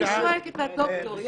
אני שואלת את הדוקטור.